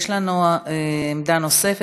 יש לנו עמדה נוספת,